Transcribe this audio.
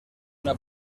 una